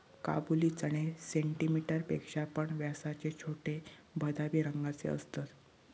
काबुली चणे सेंटीमीटर पेक्षा पण व्यासाचे छोटे, बदामी रंगाचे असतत